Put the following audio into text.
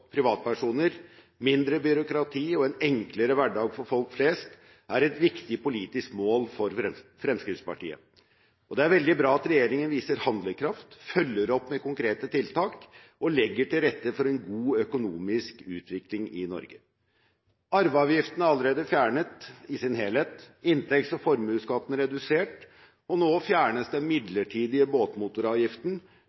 privatpersoner, mindre byråkrati og en enklere hverdag for folk flest er et viktig politisk mål for Fremskrittspartiet, og det er veldig bra at regjeringen viser handlekraft, følger opp med konkrete tiltak og legger til rette for en god økonomisk utvikling i Norge. Arveavgiften er allerede fjernet i sin helhet, inntekts- og formuesskatten er redusert, og nå fjernes den